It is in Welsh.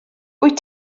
wyt